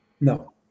No